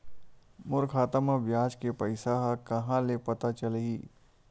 मोर खाता म ब्याज के पईसा ह कहां ले पता चलही?